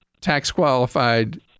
tax-qualified